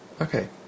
Okay